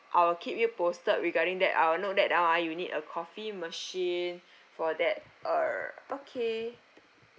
I will keep you posted regarding that I will note that down ah you need a coffee machine for that uh okay